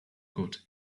got